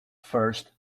first